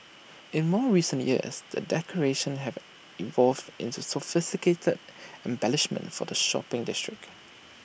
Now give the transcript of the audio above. in more recent years the decorations have evolved into sophisticated embellishments for the shopping district